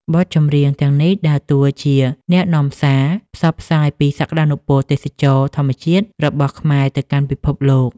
បទចម្រៀងទាំងនេះដើរតួជាអ្នកនាំសារ ផ្សព្វផ្សាយពីសក្ដានុពលទេសចរណ៍ធម្មជាតិរបស់ខ្មែរទៅកាន់ពិភពលោក។